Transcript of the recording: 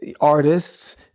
artists